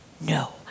no